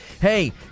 hey